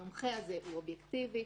המומחה הזה הוא אובייקטיבי.